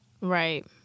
Right